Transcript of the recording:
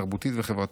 תרבותית וחברתית.